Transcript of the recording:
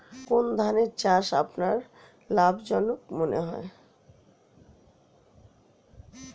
কোন ধানের চাষ আপনার লাভজনক মনে হয়?